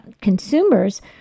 consumers